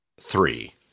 Three